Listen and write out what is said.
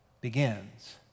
begins